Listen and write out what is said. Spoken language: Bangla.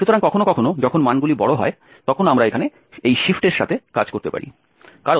সুতরাং কখনও কখনও যখন মানগুলি বড় হয় তখন আমরা এখানে এই শিফটের সাথে কাজ করতে পারি